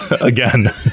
Again